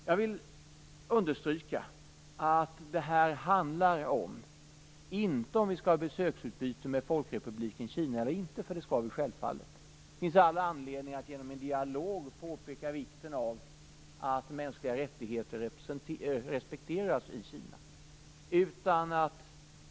Jag vill understryka att det här inte gäller om vi skall ha besöksutbyte med Folkrepubliken Kina eller inte, för det skall vi självfallet ha. Det finns all anledning att genom en dialog peka på vikten av att mänskliga rättigheter respekteras i Kina.